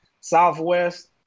Southwest